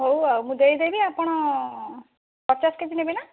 ହଉ ଆଉ ମୁଁ ଦେଇଦେବି ଆପଣ ପଚାଶ କେଜି ନେବେନା